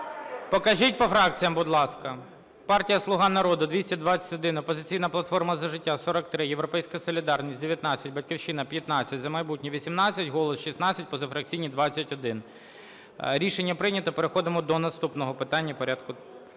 Покажіть по фракціям, будь ласка. Партія "Слуга народу" – 221, "Опозиційна платформа - За життя" – 43, "Європейська солідарність" – 19, "Батьківщина" – 15, "За майбутнє" – 18, "Голос" – 16, позафракційні – 21. Рішення прийнято. Переходимо до наступного питання